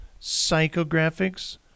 psychographics